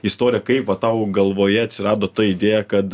istoriją kaip va tau galvoje atsirado ta idėja kad